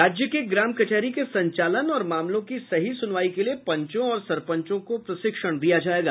राज्य के ग्राम कचहरी के संचालन और मामलों की सही सुनवाई के लिए पंचों और सरपंचों को प्रशिक्षण दिया जायेगा